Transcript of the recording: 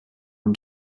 und